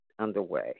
underway